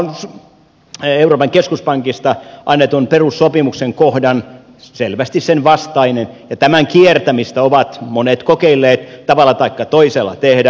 tämä on euroopan keskuspankista annetun perussopimuksen kohdan vastainen selvästi ja tämän kiertämistä ovat monet kokeilleet tavalla taikka toisella tehdä